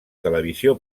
televisió